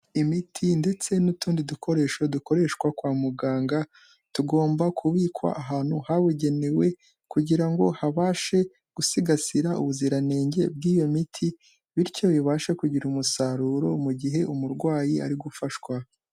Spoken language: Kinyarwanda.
Imiti ndetse n'utundi dukoresho dukoreshwa kwa muganga tugomba kubikwa ahantu habugenewe kugira ngo habashe gusigasira ubuziranenge bw'iyo miti bityo bibashe kugira umusaruro mu gihe umurwayi ari gufashwa.